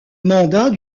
mandat